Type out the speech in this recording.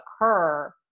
occur